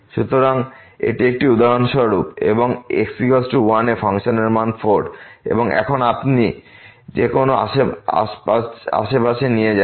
সুতরাং এটি একটি উদাহরণস্বরূপ এবং x 1 এ ফাংশনের মান 4 এবং এখন আপনি যে কোন আশেপাশে নিয়ে যান